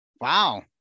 Wow